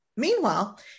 Meanwhile